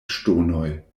ŝtonoj